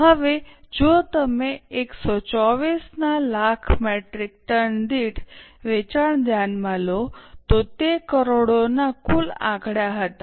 હવે જો તમે 124 ના લાખ મેટ્રિક ટન દીઠ વેચાણ ધ્યાનમાં લો તો તે કરોડોના કુલ આંકડા હતા